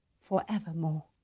forevermore